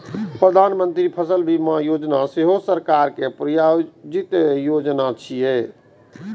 प्रधानमंत्री फसल बीमा योजना सेहो सरकार प्रायोजित योजना छियै